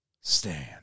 stand